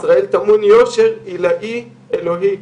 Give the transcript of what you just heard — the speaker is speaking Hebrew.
בישראל טמון יושר עילאי אלוהי.